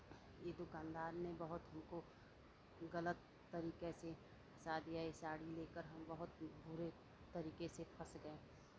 ये दुकानदार नें बहुत हमको गलत तरीके से फंसा दिया ई साड़ी लेकर हम बहुत बुरे तरीके से फंस गये